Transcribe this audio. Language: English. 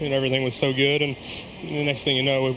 i mean everything was so good and the next thing you know,